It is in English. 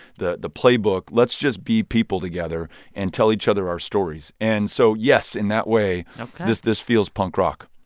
the the playbook. let's just be people together and tell each other our stories. and so, yes, in that way this this feels punk rock